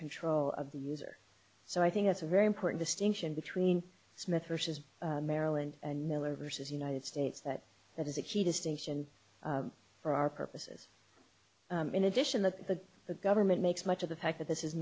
control of the user so i think that's a very important distinction between smith versus maryland and miller versus united states that that is a key distinction for our purposes in addition the the government makes much of the fact that this is